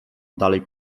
dalej